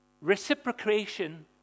reciprocation